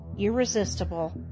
irresistible